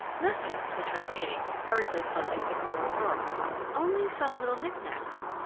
nothing, returned she, hurriedly closing the bureau drawer only some little knick-knacks.